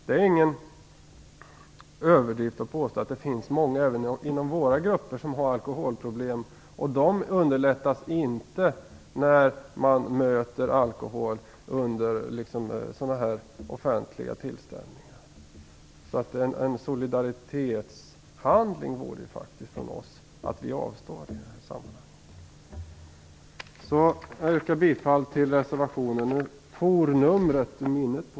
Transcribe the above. Det är ingen överdrift att påstå att det finns många även inom våra grupper som har alkoholproblem, och lösningen av dessa problem befrämjas inte av att man möter alkohol vid sådana här offentliga tillställningar. Det vore faktiskt en solidaritetshandling från oss att avstå från alkohol i sådana sammanhang. Jag yrkar bifall till reservation nr 2.